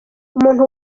umuntu